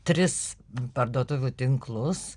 tris parduotuvių tinklus